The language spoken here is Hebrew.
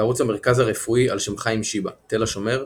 בערוץ המרכז הרפואי ע"ש חיים שיבא – תל השומר,